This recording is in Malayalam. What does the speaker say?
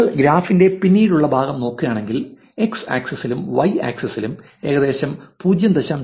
നിങ്ങൾ ഗ്രാഫിന്റെ പിന്നീടുള്ള ഭാഗം നോക്കുകയാണെങ്കിൽ x ആക്സിസിലും y ആക്സിസിലും ഏകദേശം 0